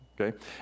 okay